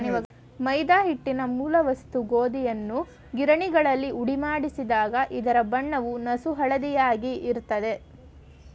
ಮೈದಾ ಹಿಟ್ಟಿನ ಮೂಲ ವಸ್ತು ಗೋಧಿಯನ್ನು ಗಿರಣಿಗಳಲ್ಲಿ ಹುಡಿಮಾಡಿಸಿದಾಗ ಇದರ ಬಣ್ಣವು ನಸುಹಳದಿಯಾಗಿ ಇರ್ತದೆ